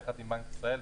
יחד עם בנק ישראל,